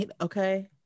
okay